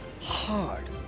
hard